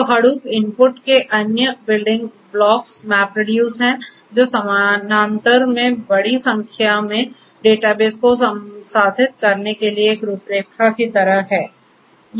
तो Hadoop input के अन्य बिल्डिंग ब्लॉक्स MapReduce है जो समानांतर में बड़ी संख्या में डेटाबेस को संसाधित करने के लिए एक रूपरेखा की तरह है